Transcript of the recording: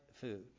food